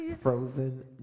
Frozen